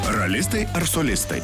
ralistai ar solistai